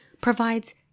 provides